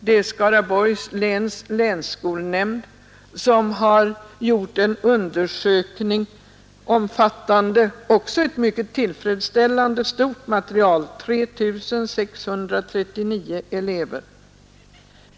Det är Skaraborgs län, där länsskolnämnden har gjort en undersökning, omfattande ett tillfredsställande stort material — 3 639 elever.